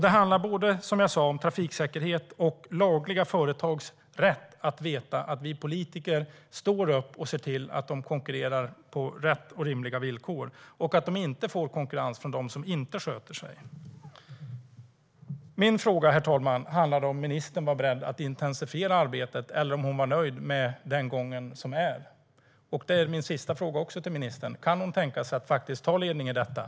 Det handlar, som jag sa, om både trafiksäkerhet och lagliga företags rätt att veta att vi politiker står upp för och ser till att de konkurrerar på rätt och rimliga villkor och att de inte får konkurrens från dem som inte sköter sig. Min fråga, herr talman, handlade om ifall ministern är beredd att intensifiera arbetet eller om hon är nöjd med den gång som är. Min sista fråga till ministern är om hon kan tänka sig att faktiskt ta ledning i detta.